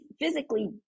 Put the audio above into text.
physically